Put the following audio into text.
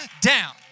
down